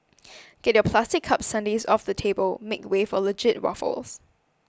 get your plastic cup sundaes off the table make way for legit waffles